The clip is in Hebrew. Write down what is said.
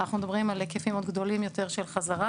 אנחנו מדברים על היקפים עוד גדולים יותר של חזרה,